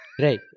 Right